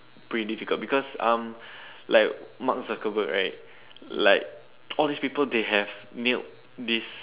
pretty difficult because um like Mark-Zuckerberg right like all these people they have mailed this